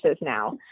now